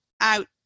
out